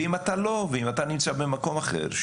אם אתה נמצא במקום אחר,